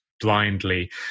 blindly